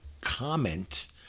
comment